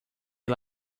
ele